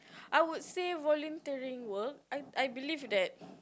I would say volunteering work I I believe that